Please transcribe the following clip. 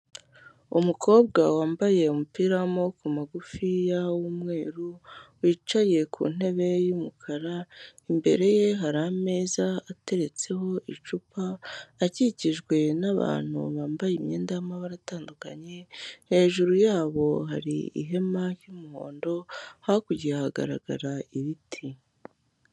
Umukobwa wambaye umupira w'amaboko magufi w'umweru wicaye ku ntebe y'umukara. Imbere ye hari ameza ateretseho icupa, akikijwe n'abantu bambaye imyenda y'amabara atandukanye, hejuru yabo hari ihema ry'umuhondo, hakurya hagaragara ibiti.